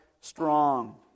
strong